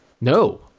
No